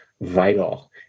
vital